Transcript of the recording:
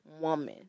woman